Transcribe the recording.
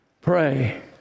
pray